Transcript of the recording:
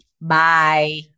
bye